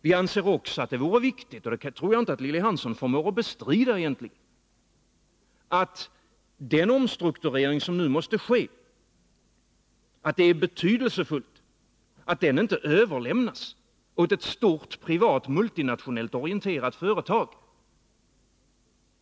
Vi anser också att det är viktigt — och det tror jag inte att Lilly Hansson förmår bestrida —-att den omstrukturering som nu måste ske inte överlämnas åt ett stort privat "9 multinationellt orienterat företag.